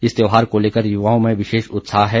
इस त्योहार को लेकर युवाओं में विशेष उत्साह है